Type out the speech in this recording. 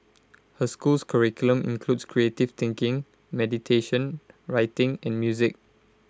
her school's curriculum includes creative thinking meditation writing and music